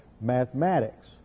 mathematics